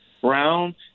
brown